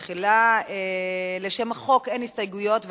לשם החוק אין הסתייגויות,